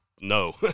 no